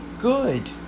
good